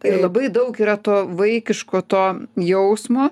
tai labai daug yra to vaikiško to jausmo